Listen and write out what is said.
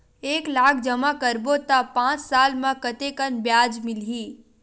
एक लाख जमा करबो त पांच साल म कतेकन ब्याज मिलही?